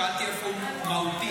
שאלתי איפה הוא מהותית.